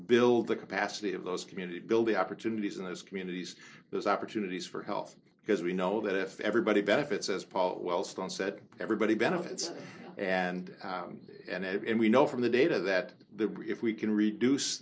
build the capacity of those community building opportunities in those communities those opportunities for health because we know that if everybody benefits as paul wellstone said everybody benefits and and we know from the data that the if we can reduce